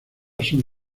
son